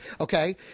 okay